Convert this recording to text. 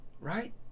right